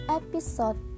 episode